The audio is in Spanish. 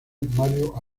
mario